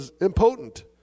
impotent